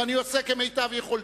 ואני עושה כמיטב יכולתי.